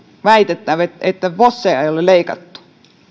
väitettä että voseja ei ole leikattu